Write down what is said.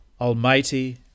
Almighty